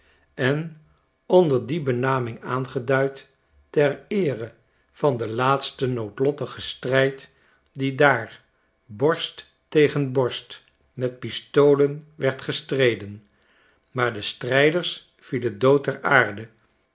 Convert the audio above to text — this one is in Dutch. en onder die benanring aangeduid ter eere van den laatsten noodlottigen strijd die daar borst tegen borst met pistolen werd gestreden maar de strijders vielen dood ter aarde